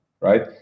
right